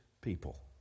people